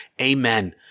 amen